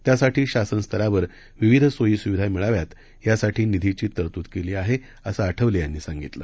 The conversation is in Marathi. त्यासाठी शासन स्तरावर विविध सोयी सुविधा मिळाव्यात यासाठी निधीची तरतुद केली आहे असं आठवले यांनी सांगितलं